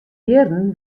jierren